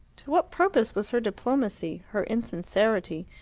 to what purpose was her diplomacy, her insincerity,